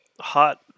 hot